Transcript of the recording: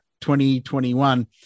2021